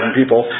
people